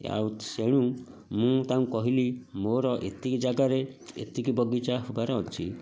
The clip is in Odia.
ଆଉ ସେଣୁ ମୁଁ ତାଙ୍କୁ କହିଲି ମୋର ଏତିକି ଜାଗାରେ ଏତିକି ବଗିଚା ହେବାର ଅଛି